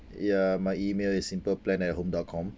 ya my email is simple plan at home dot com